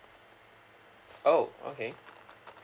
oh okay